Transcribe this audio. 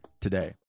today